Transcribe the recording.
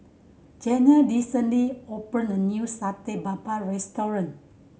Janelle recently opened a new Satay Babat restaurant